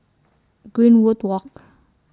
Greenwood Walk